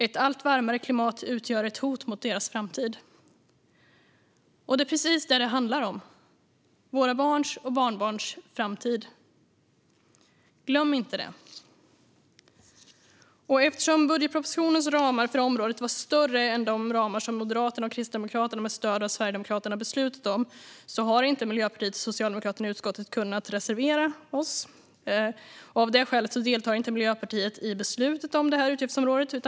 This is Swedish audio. Ett allt varmare klimat utgör ett hot mot deras framtid. Det är precis det som det handlar om: våra barns och barnbarns framtid. Glöm inte det! Eftersom budgetpropositionens ramar för området var större än de ramar som Moderaterna och Kristdemokraterna med stöd av Sverigedemokraterna har beslutat om har vi i Miljöpartiet och Socialdemokraterna i utskottet inte kunnat reservera oss. Av det skälet deltar Miljöpartiet inte i beslutet om utgiftsområdet.